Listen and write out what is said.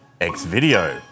Xvideo